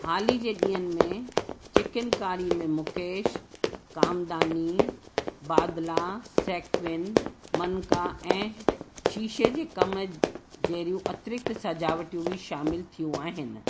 हाली जे ॾींहनि में चिकिनकारी में मुकेश कामधानी बादला सेक्विन मनका ऐं शीशे जे कम जहिड़ियूं अतिरिक्त सजावटूं बि शामिल थियूं आहिनि